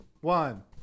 one